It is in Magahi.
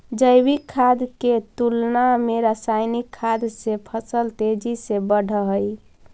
जैविक खाद के तुलना में रासायनिक खाद से फसल तेजी से बढ़ऽ हइ